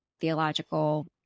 theological